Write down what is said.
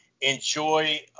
Enjoy